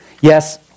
Yes